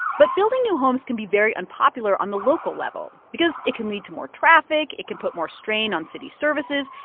but building new homes can be very unpopular on the local level because it can lead to more traffic. it can put more strain on city services.